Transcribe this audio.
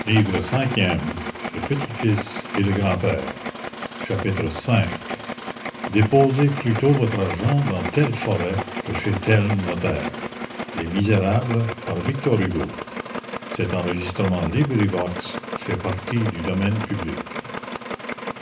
v déposez plutôt votre argent dans telle forêt que chez tel notaire